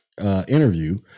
interview